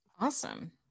Awesome